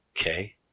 Okay